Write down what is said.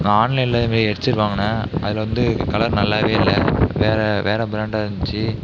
நான் ஆன்லைனில் இது மாரி ஹெட்செட் வாங்கினேன் அதில் வந்து கலர் நல்லாவே இல்லை வேறு வேறு பிராண்டாக இருந்துச்சு